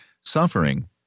suffering